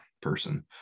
person